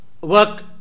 work